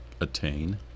attain